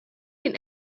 been